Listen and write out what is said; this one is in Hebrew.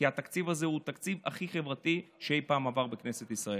כי התקציב הזה הוא התקציב הכי חברתי שאי פעם עבר בכנסת ישראל.